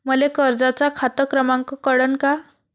मले कर्जाचा खात क्रमांक कळन का?